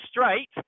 straight